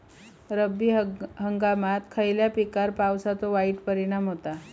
रब्बी हंगामात खयल्या पिकार पावसाचो वाईट परिणाम होता?